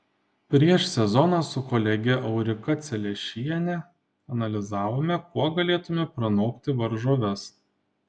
prieš sezoną su kolege aurika celešiene analizavome kuo galėtumėme pranokti varžoves